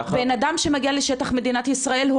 בן אדם שמגיע לשטח מדינת ישראל,